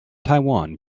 taiwan